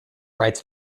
rites